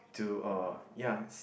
to uh ya it's